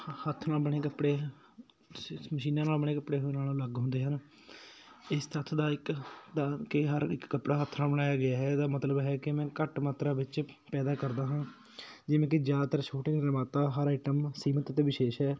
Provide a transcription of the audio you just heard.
ਹੱਥ ਨਾਲ ਬਣੇ ਕੱਪੜੇ ਸ਼ ਮਸ਼ੀਨਾਂ ਨਾਲ ਬਣੇ ਕੱਪੜੇ ਦੇ ਨਾਲੋ ਅਲੱਗ ਹੁੰਦੇ ਹਨ ਇਸ ਤੱਥ ਦਾ ਇੱਕ ਦਾ ਕੇ ਹਰ ਇੱਕ ਕੱਪੜਾ ਹੱਥ ਨਾਲ ਬਣਾਇਆ ਗਿਆ ਹੈ ਇਹਦਾ ਮਤਲਬ ਹੈ ਕਿ ਮੈਂ ਘੱਟ ਮਾਤਰਾ ਵਿੱਚ ਪੈਦਾ ਕਰਦਾ ਹਾਂ ਜਿਵੇਂ ਕਿ ਜ਼ਿਆਦਾਤਰ ਛੋਟੇ ਨਿਰਮਾਤਾ ਹਰ ਆਈਟਮ ਸੀਮਿਤ ਅਤੇ ਵਿਸ਼ੇਸ਼ ਹੈ